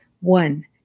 One